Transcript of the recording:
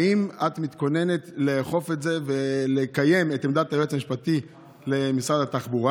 האם את מתכננת לאכוף את זה ולקיים את עמדת היועץ המשפטי למשרד התחבורה?